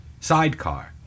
sidecar